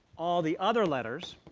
all the other letters